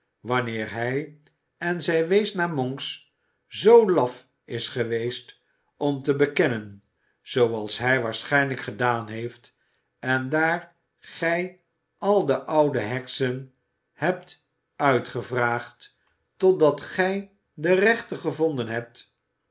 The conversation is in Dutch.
wanneer hij en zij wees naar monks zoo laf is geweest om te bekennen zooals hij waarschijnlijk gedaan heeft en daar gij al de oude heksen hebt uitgevraagd totdat gij de rechte gevonden hebt